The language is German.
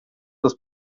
das